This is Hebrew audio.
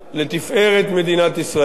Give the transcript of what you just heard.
"לתפארת מדינת ישראל",